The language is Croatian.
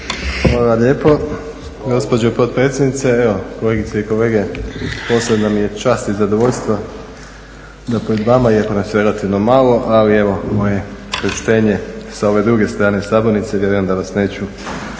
Hvala lijepo gospođo potpredsjednice. Evo, kolegice i kolege posebna mi je čast i zadovoljstvo da pred vama, iako nas je relativno malo, ali evo moje krštenje sa ove druge strane sabornice vjerujem da vas neću